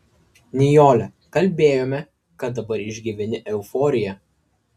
nijole kalbėjome kad dabar išgyveni euforiją